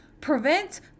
Prevent